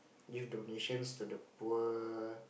give donations to the poor